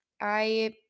I-